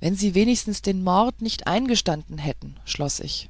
wenn sie wenigstens den mord nicht eingestanden hätten schloß ich